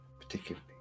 particularly